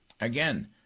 Again